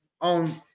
on